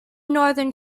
northern